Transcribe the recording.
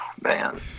Man